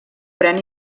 pren